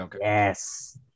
yes